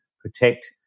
protect